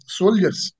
soldiers